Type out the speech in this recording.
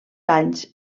anys